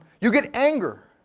you get anger,